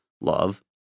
Love